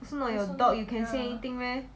also not your dog you can say anything meh